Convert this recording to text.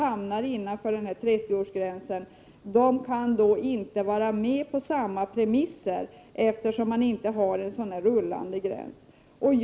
Bilar av en senare årsklass kan dock inte vara med på samma premisser, eftersom man inte har infört en rullande gräns för veteranbilarna.